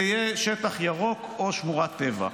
זה יהיה שטח ירוק או שמורת טבע,